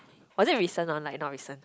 was it recent or like not recent